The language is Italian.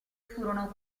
furono